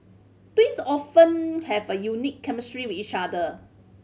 twins often have a unique chemistry with each other